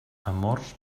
amors